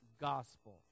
gospel